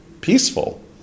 peaceful